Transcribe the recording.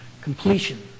completion